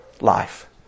life